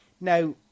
Now